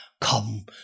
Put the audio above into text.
come